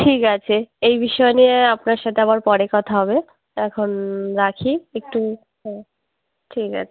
ঠিক আছে এই বিষয় নিয়ে আপনার সাথে আমার পরে কথা হবে এখন রাখি একটু হ্যাঁ ঠিক আছে